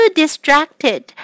distracted